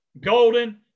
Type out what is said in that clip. golden